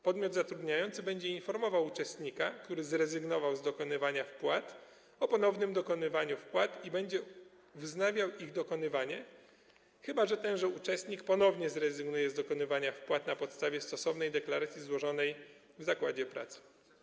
Podmiot zatrudniający będzie informował uczestnika, który zrezygnował z dokonywania wpłat, o ponownym dokonywaniu wpłat i będzie wznawiał ich dokonywanie, chyba że tenże uczestnik ponownie zrezygnuje z dokonywania wpłat na podstawie stosownej deklaracji złożonej w zakładzie pracy.